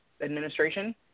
administration